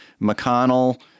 McConnell